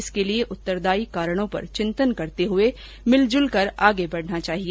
इसके लिए उत्तरदायी कारणों पर चिन्तन करते हुए मिल जुलकर आगे बढ़ना चाहिए